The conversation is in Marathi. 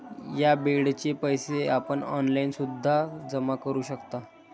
या बेडचे पैसे आपण ऑनलाईन सुद्धा जमा करू शकता